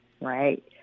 right